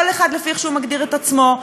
כל אחד לפי איך שהוא מגדיר את עצמו,